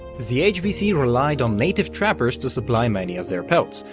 the hbc relied on native trappers to supply many of their pelts,